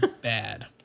bad